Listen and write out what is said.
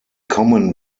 kommen